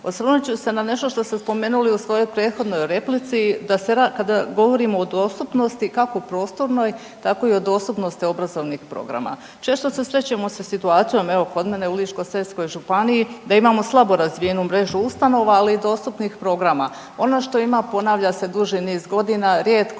Osvrnut ću se na nešto što ste spomenuli u svojoj prethodnoj replici da se kada govorimo o dostupnosti kako prostornoj tako i o dostupnosti obrazovnih programa. Često se susrećemo sa situacijom evo kod mene u Ličko-senjskoj županiji da imamo slabo razvijenu mrežu ustanova ali i dostupnih programa. Ono što ima ponavlja se duži niz godina, rijetko